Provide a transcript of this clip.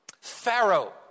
Pharaoh